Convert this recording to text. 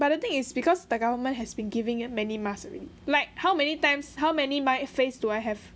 but the thing is because the government has been giving many masks already like how many times how many mask face do I have